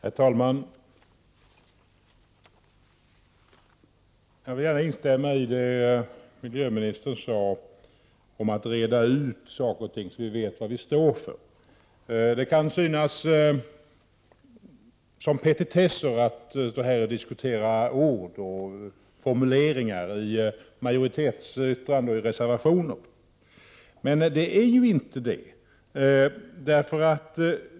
Herr talman! Jag vill gärna instämma i det miljöministern sade om att reda ut saker och ting så att vi vet vad vi står för. Det kan synas som petitesser att stå här och diskutera ord och formuleringar i majoritetsyttranden och reservationer, men det är inte det.